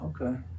Okay